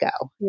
go